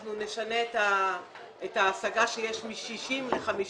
אנחנו נשנה את ההשגה שיש מ-60 ל-53.